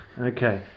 Okay